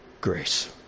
grace